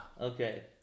Okay